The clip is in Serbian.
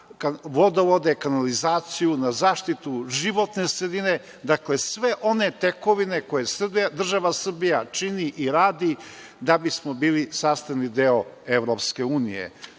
vodovode, kanalizaciju, na zaštitu životne sredine, dakle, sve one tekovine koje država Srbija čini i radi da bismo bili sastavni deo EU.Tu je